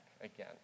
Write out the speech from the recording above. again